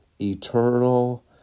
eternal